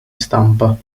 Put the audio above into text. stampa